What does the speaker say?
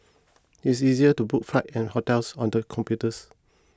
it is easier to book flights and hotels on the computers